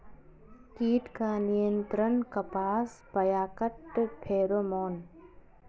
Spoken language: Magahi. कीट का नियंत्रण कपास पयाकत फेरोमोन?